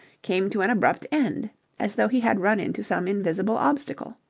came to an abrupt end as though he had run into some invisible obstacle.